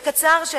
בקצרה.